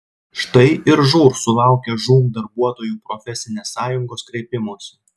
štai ir žūr sulaukė žūm darbuotojų profesinės sąjungos kreipimosi